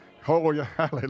Hallelujah